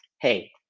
hey